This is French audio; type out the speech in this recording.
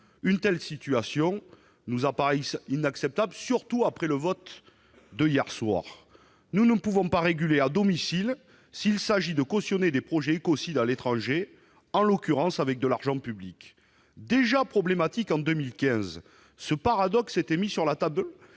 Une telle situation est inacceptable, surtout après le vote intervenu hier soir. Nous ne pouvons pas réguler à domicile s'il s'agit de cautionner des projets écocides à l'étranger, en l'occurrence avec de l'argent public. En 2015, ce paradoxe gênant était déjà mis sur la table.